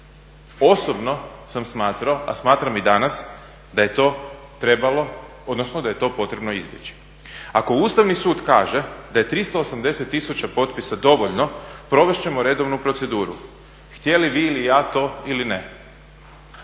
Osobno sam smatrao, a smatram i danas da je to trebalo odnosno da je to potrebno izbjeći. Ako Ustavni sud kaže da je 380 tisuća potpisa dovoljno provest ćemo redovnu proceduru, htjeli vi ili ja to ili ne,